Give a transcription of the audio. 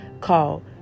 called